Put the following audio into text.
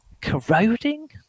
corroding